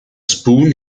spoon